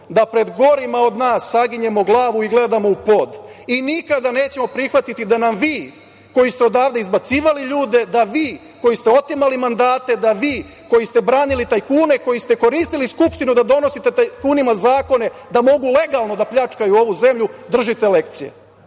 da pred gorima od nas saginjemo glavu i gledamo u pod i nikada nećemo prihvatiti da nam vi koji ste odavde izbacivali ljude, da vi koji ste otimali mandate, da vi koji ste branili tajkune, koji ste koristili skupštinu da donosite tajkunima zakone, da mogu legalno da pljačkaju ovu zemlju, držite lekcije.